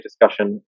discussion